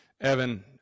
evan